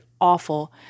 awful